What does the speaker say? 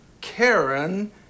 Karen